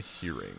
hearing